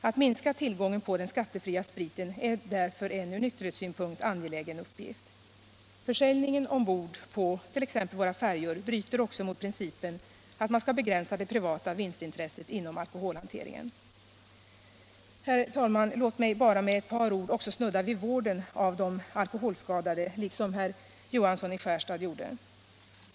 Att minska tillgången på den skattefria spriten är därför en från nykterhetssynpunkt angelägen uppgift. Försäljningen ombord på t.ex. våra färjor bryter också mot principen att man skall begränsa det privata vinstintresset inom alkoholhanteringen. Herr talman! Låt mig bara med ett par ord också snudda vid vården av de alkoholskadade.